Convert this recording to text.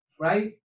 right